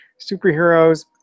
superheroes